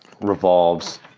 revolves